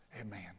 Amen